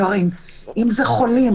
אנשים חולים,